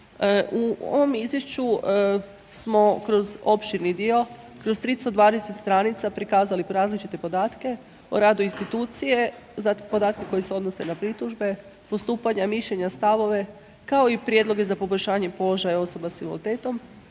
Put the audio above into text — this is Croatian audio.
U ovom izvješću smo kroz opširni dio kroz 320 stranica prikazali različite podatke o radu institucije, podatke koji se odnose na pritužbe, postupanja, mišljenja, stavove, kao i prijedloge za poboljšavanje položaja osoba s invaliditetom,